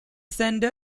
center